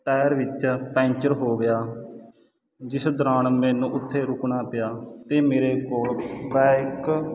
tyre ਵਿੱਚ puncture ਹੋ ਗਿਆ ਜਿਸ ਦੌਰਾਨ ਮੈਨੂੰ ਉੱਥੇ ਰੁਕਣਾ ਪਿਆ ਤੇ ਮੇਰੇ ਕੋਲ ਬਾਈਕ